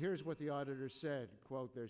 here's what the auditor said quote there